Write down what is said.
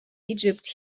egypt